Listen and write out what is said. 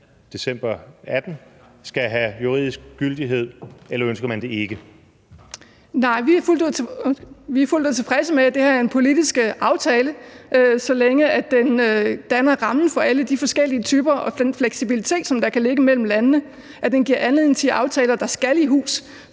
december 2018, skal have juridisk gyldighed, eller ønsker man det ikke? Kl. 14:47 Kathrine Olldag (RV): Nej, vi er fuldt ud tilfredse med, at det her er en politisk aftale, så længe den danner rammen for alle de forskellige typer og den fleksibilitet, som der kan ligge mellem landene, altså at den giver anledning til aftaler, der skal i hus,